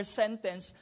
sentence